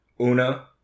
Una